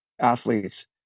athletes